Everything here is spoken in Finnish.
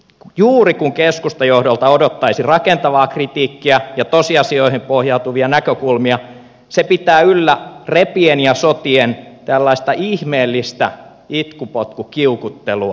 nyt juuri kun keskustajohdolta odottaisi rakentavaa kritiikkiä ja tosiasioihin pohjautuvia näkökulmia se pitää yllä repien ja sotien tällaista ihmeellistä itkupotkukiukuttelua